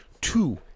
two